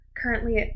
currently